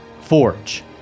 forge